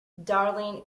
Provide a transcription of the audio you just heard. darling